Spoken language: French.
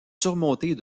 surmontée